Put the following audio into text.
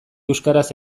euskaraz